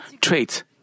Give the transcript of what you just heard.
traits